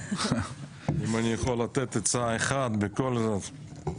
אם אני יכול לתת עצה אחת בכל זאת.